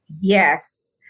Yes